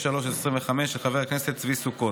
פ/2963/25, של חבר הכנסת צבי סוכות,